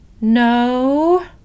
no